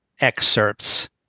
excerpts